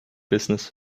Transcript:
business